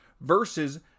versus